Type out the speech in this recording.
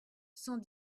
cent